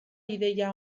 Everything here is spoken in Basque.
ideia